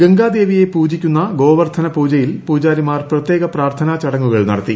ഗംഗാദേവിയെ പൂജിക്കുന്ന ഗോവർദ്ധന പൂജയിൽ പൂജാരിമാർ പ്രത്യേക പ്രാർത്ഥനാ ചടങ്ങുകൾ നടത്തി